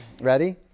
Ready